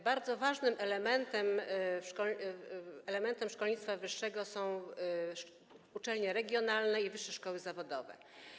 Bardzo ważnym elementem szkolnictwa wyższego są uczelnie regionalne i wyższe szkoły zawodowe.